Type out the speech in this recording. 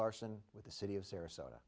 larson with the city of sarasota